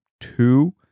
two